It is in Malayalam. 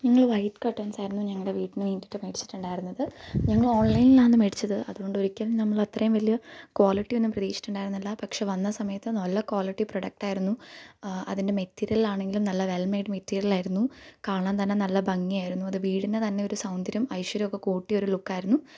ഞങ്ങൾ വൈറ്റ് കർട്ടന്സായിരുന്നു ഞങ്ങളുടെ വീടിന് വേണ്ടീട്ട് മേടിച്ചിട്ടുണ്ടായിരുന്നത് ഞങ്ങൾ ഓൺലൈൻന്നാണ് മേടിച്ചത് അത് കൊണ്ടൊരിക്കലും നമ്മളത്രേം വലിയ ക്വളിറ്റിയൊന്നും പ്രതീക്ഷിച്ചിട്ടുണ്ടായിരുന്നില്ല പക്ഷേ വന്ന സമയത്ത് നല്ല ക്വാളിറ്റി പ്രൊഡക്റ്റായിരുന്നു അതിന്റെ മെത്തീരിയലാണെങ്കിലും നല്ല വെല് മേയ്ഡ് മെറ്റീരിയലായിരുന്നു കാണാന് തന്നെ നല്ല ഭംഗിയായിരുന്നു അത് വീടിന് തന്നൊരു സൗന്ദര്യം ഐശ്വര്യമൊക്കെ കൂട്ടിയൊരു ലുക്കായിരുന്നു